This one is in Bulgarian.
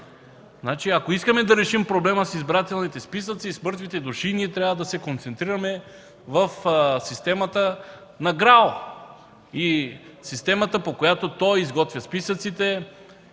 Ако искаме да решим проблема с избирателните списъци и с мъртвите души, ние трябва да се концентрираме в системата на ГРАО, по която тя изготвя списъците.